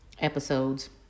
episodes